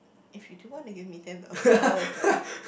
if you do want to give me ten thousand dollars though